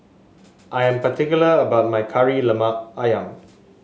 I am particular about my Kari Lemak ayam